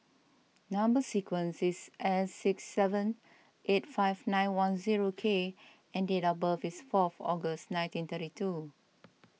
Number Sequence is S six seven eight five nine one zero K and date of birth is fourth August nineteen thirty two